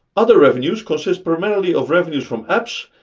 other revenues consist primarily of revenues from apps,